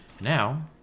Now